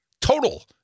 Total